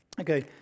okay